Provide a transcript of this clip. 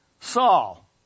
Saul